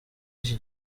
iki